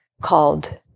called